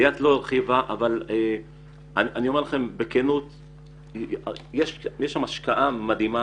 ליאת לב לא הרחיבה אבל אני אומר לכם בכנות שיש שם השקעה משהימה